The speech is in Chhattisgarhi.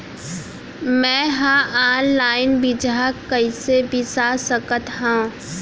मे हा अनलाइन बीजहा कईसे बीसा सकत हाव